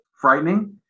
frightening